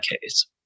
case